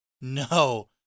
no